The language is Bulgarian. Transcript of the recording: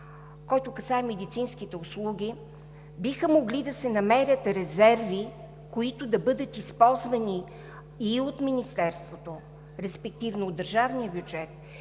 който касае медицинските услуги, биха могли да се намерят резерви, които да бъдат използвани и от Министерството, респективно от държавния бюджет,